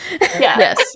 Yes